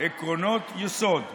"עקרונות יסוד,